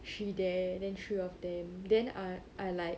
she there then three of them then I I like